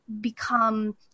become